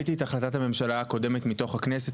החלטת הממשלה הקודמת מתוך הכנסת,